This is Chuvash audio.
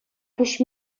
пуҫ